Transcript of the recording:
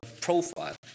profile